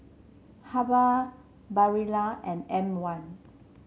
Habhal Barilla and M one